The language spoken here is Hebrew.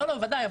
ודאי,